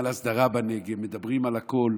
מדברים על ההסדרה בנגב, מדברים על הכול.